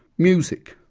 music,